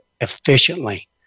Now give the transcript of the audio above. efficiently